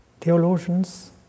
theologians